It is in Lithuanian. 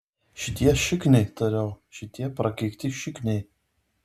šitie šikniai tariau šitie prakeikti šikniai